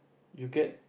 you get